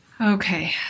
Okay